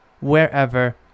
wherever